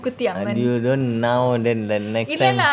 you don't now then next time